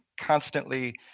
constantly